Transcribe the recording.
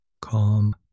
Calm